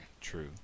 True